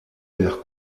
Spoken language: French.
pères